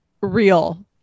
real